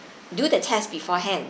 do the test beforehand